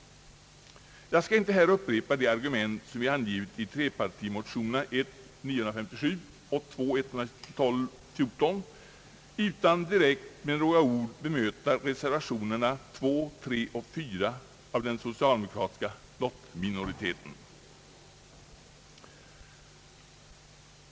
Jag skall inte här upprepa argumenteringen i trepartimotionerna I:957 och II: 1214 utan direkt med några ord bemöta reservationerna 2, 3 och 4 av den socialdemokratiska lotitminoriteten.